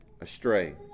astray